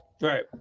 Right